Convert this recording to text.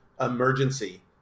emergency